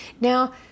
Now